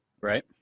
Right